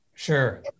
Sure